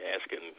Asking